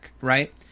right